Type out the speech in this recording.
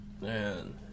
man